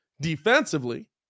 defensively